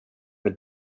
med